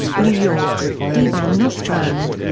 new york d. van nostrand.